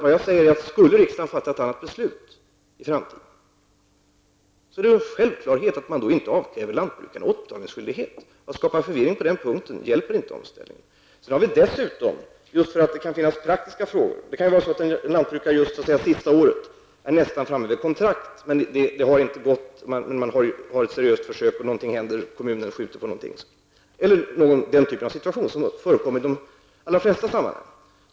Vad jag säger är att om riksdagen skulle fatta ett annat beslut i framtiden är det en självklarhet att man då inte avkräver lantbrukarna återbetalning av dessa pengar. Att skapa förvirring på den punkten hjälper inte omställningen. Sedan kan det finnas praktiska frågor. En lantbrukare kan t.ex. vara nästan framme vid kontrakt, och ett seriöst försök har gjorts, då något händer, t.ex. att kommunen skjuter på något. Även något annat kan hända i detta sammanhang, liksom i alla andra sammanhang.